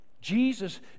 jesus